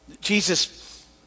Jesus